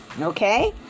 Okay